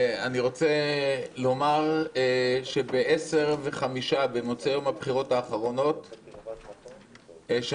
אני רוצה לומר שב-22:05 במוצאי יום הבחירות האחרונות שמעתי